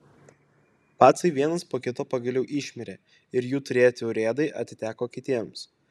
pacai vienas po kito pagaliau išmirė ir jų turėtieji urėdai atiteko kitiems